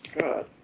God